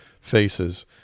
faces